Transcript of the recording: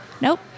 Nope